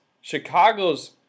Chicago's